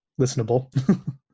listenable